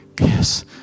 Yes